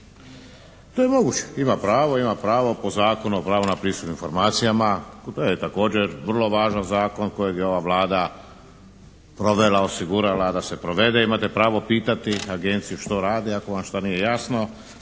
To je moguće. Ima pravo po Zakonu o pravu na pristup informacijama, to je također vrlo važan zakon kojeg je ova Vlada provela, osigurala da se provede. Imate pravo pitati agenciju što radi ako vam nije što